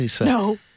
No